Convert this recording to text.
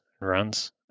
runs